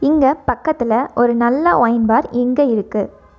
இங்கே பக்கத்தில் ஒரு நல்ல ஒயின் பார் எங்கே இருக்கு